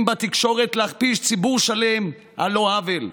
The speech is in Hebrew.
בתקשורת להכפיש ציבור שלם על לא עוול.